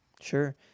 Sure